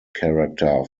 character